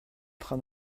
train